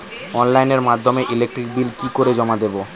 অনলাইনের মাধ্যমে electric bill কি করে জমা দেবো?